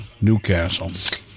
newcastle